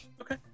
Okay